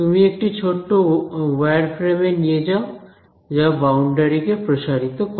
তুমি একটি ছোট্ট ওয়্যারফ্রেম এ নিয়ে যাও যা বাউন্ডারি কে প্রসারিত করে